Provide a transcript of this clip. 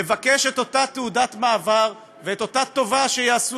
לבקש את אותה תעודת מעבר ואת אותה טובה שיעשו